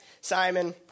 Simon